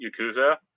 Yakuza